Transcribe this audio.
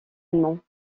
allemand